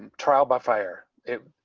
and trial by fire it.